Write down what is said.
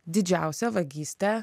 didžiausią vagystę